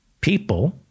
people